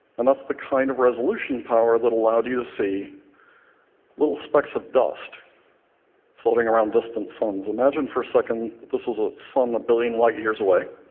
and that's the kind of resolution power that allowed you to see little specks of dust floating around distant suns. imagine for a second that this was a sun a billion light years away,